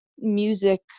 music